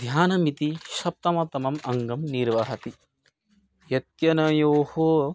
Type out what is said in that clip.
ध्यानमिति सप्तमतमम् अङ्गं निर्वहति यद्यनयोः